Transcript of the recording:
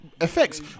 effects